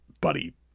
buddy